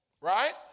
Right